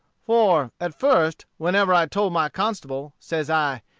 for, at first, whenever i told my constable, says i,